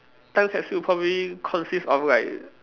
time capsule will probably consists of like